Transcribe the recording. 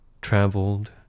traveled